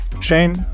Shane